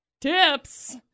Tips